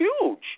huge